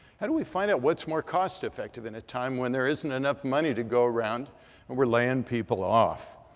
how do we find out what's more cost effective in a time when there isn't enough money to go around and we're laying people off?